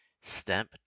step